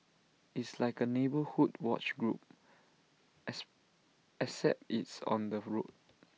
it's like A neighbourhood watch group except it's on the road